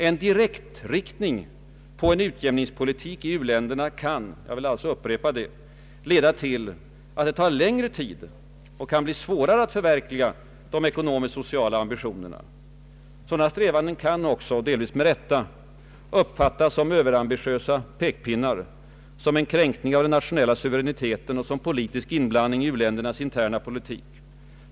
En direktriktning på en utjämningspolitik i u-länder kan, jag vill alltså upprepa det, leda till att det tar längre tid och kan bli svårare att förverkliga de ekonomiskt-sociala ambitionerna. Sådana strävanden kan också, delvis med rätta, uppfattas som överambitiösa pekpinnar, som en kränkning av den nationella suveräniteten och som en politisk inblandning i u-ländernas interna angelägenheter.